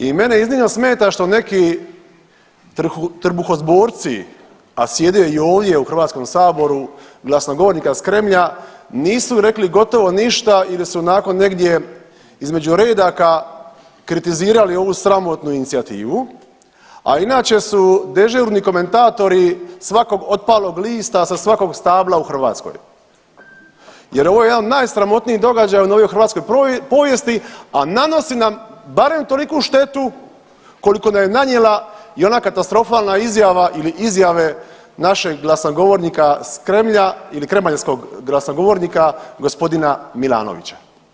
I mene iznimno smeta što neki trbuhozborci, a sjede i ovdje u HS glasnogovornika s Kremlja nisu rekli gotovo ništa ili su nakon negdje između redaka kritizirali ovu sramotnu inicijativu, a inače su dežurni komentatori svakog otpalog lista sa svakog stabla u Hrvatskoj jer ovo je jedan od najsramotnijih događaja u novijoj hrvatskoj povijesti, a nanosi nam barem toliku štetu koliku nam je nanijela i ona katastrofalna izjava ili izjave našeg glasnogovornika s Kremlja ili kremaljskog glasnogovornika g. Milanovića.